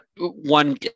one